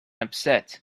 upset